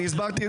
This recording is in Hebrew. תוציא אותי.